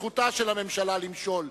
וזכותה של הממשלה למשול,